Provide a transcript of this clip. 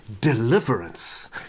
deliverance